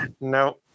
No